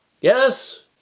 Yes